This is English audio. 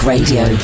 Radio